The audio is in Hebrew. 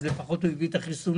אז לפחות הוא הביא את החיסונים,